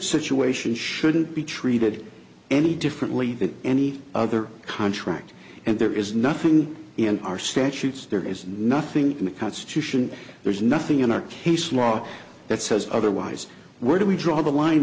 situation shouldn't be treated any differently than any other contract and there is nothing in our statutes there is nothing in the constitution there's nothing in our case law that says otherwise where do we draw the line